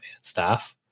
staff